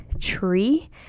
tree